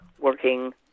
working